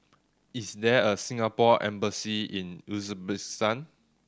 is there a Singapore Embassy in Uzbekistan